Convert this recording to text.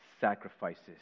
sacrifices